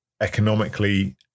economically